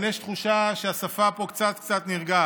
אבל יש תחושה שהשפה פה קצת קצת נרגעת,